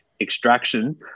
extraction